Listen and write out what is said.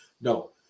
No